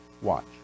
Watch